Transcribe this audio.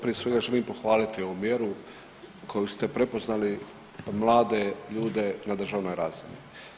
Prije svega, želim pohvaliti ovu mjeru koju ste prepoznali, mlade ljude na državnoj razini.